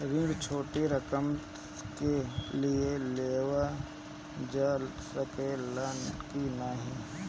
ऋण छोटी रकम के लिए लेवल जा सकेला की नाहीं?